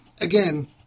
again